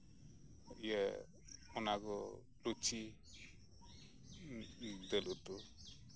ᱤᱭᱟᱹ ᱚᱱᱟ ᱠᱚ ᱞᱩᱪᱤ ᱫᱟᱹᱞ ᱩᱛᱩ